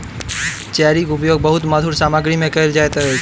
cherry के उपयोग बहुत मधुर सामग्री में कयल जाइत अछि